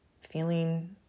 feeling